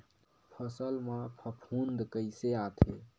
फसल मा फफूंद कइसे आथे?